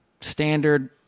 standard